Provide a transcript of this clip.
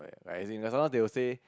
like as in there's sometimes they will say